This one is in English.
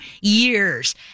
years